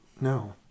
no